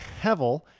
hevel